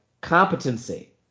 competency